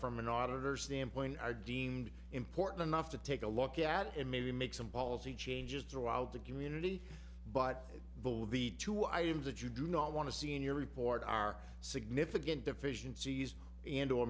from an auditor standpoint are deemed important enough to take a look at and maybe make some policy changes throughout the community but the with the two items that you do not want to see in your report are significant deficiencies and or